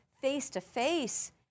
face-to-face